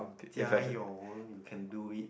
加油 you can do it